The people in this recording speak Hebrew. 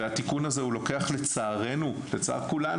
התיקון הזה הוא לוקח לצערנו ולצער כולנו